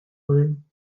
room